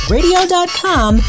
Radio.com